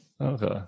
Okay